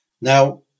Now